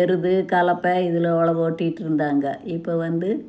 எருது கலப்பை இதில் ஒழவு ஓட்டிகிட்ருந்தாங்க இப்போ வந்து